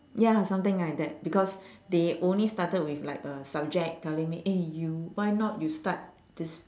ya something like that because they only started with like a subject telling me eh you why not you start this